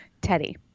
Teddy